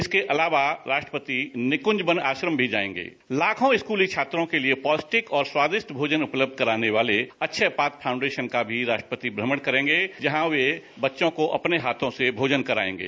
इसके अलावा राष्टपति निकुंज वन आश्रम भी जाएंगे लाखों स्कूली छात्रों के लिए पौष्टिक और स्वादिष्ट भोजन उपलब्ध कराने वाले अक्षयपात्र फाउंडेशन का भी राष्ट्रपति भ्रमण करेंगे जहां वे बच्चों को अपने हाथों से भोजन कराएंगे